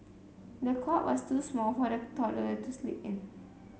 the cot was too small for the toddler to sleep in